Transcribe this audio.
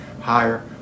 higher